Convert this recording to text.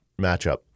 matchup